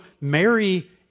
Mary